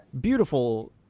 Beautiful